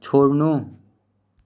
छोड्नु